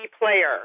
player